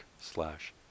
slash